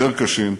יותר קשים,